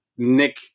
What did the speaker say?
nick